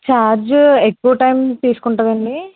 charge ఎక్కువ time తీసుకుంటుందా అండి